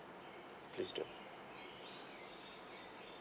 please do